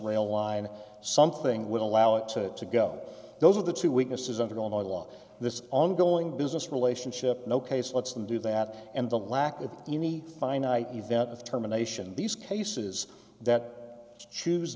rail line something would allow it to to go those are the two witnesses under all the law this ongoing business relationship no case lets them do that and the lack of any finite event of terminations these cases that choose